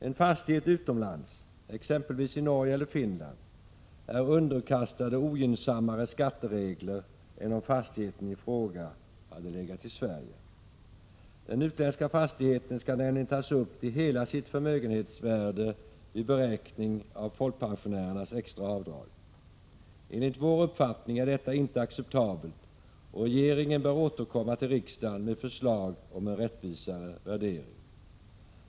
En fastighet utomlands, exempelvis i Norge eller i Finland, är underkastad ogynnsammare skatteregler än om fastigheten i fråga hade legat i Sverige. Den utländska fastigheten skall nämligen tas upp till hela sitt förmögenhetsvärde vid beräkning av folkpensionärernas extra avdrag. Enligt vår uppfattning är detta inte acceptabelt, och regeringen bör återkomma till riksdagen med förslag om en rättvisare värdering.